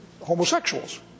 homosexuals